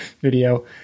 video